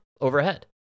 overhead